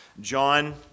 John